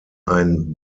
ein